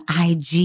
IG